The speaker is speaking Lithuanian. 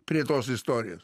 prie tos istorijos